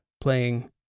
Playing